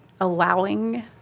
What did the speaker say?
allowing